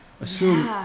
assume